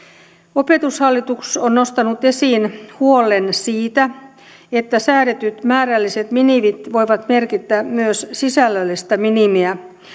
opetushallitus on nostanut esiin huolen siitä että säädetyt määrälliset minimit voivat merkitä myös sisällöllistä minimiä